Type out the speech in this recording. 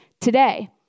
today